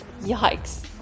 Yikes